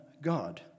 God